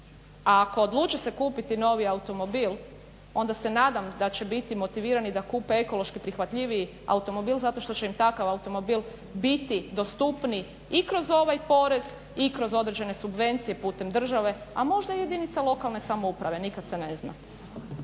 a ako se odluče kupiti novi automobil onda se nadam da će biti motivirani da kupe ekološki prihvatljiviji automobil zato što će im takav automobil biti dostupniji i kroz ova porez i kroz određene subvencije putem države, a možda jedinica lokane samouprave, nikad se ne zna.